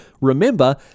remember